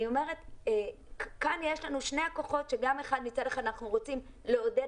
אני אומרת שכאן יש לנו את שני הכוחות כאשר מצד אחד אנחנו רוצים לעודד